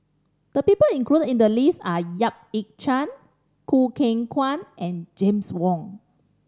the people included in the list are Yap Ee Chian Choo Keng Kwang and James Wong